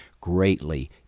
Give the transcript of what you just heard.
greatly